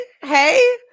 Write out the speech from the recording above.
hey